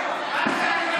תחליטו.